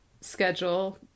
schedule